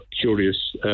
curious